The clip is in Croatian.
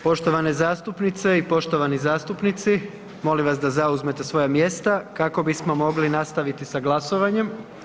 Poštovane zastupnice i poštovani zastupnici, molim vas da zauzmete svoja mjesta kako bismo mogli nastaviti sa glasovanjem.